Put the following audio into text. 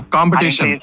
Competition